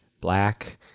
black